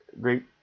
great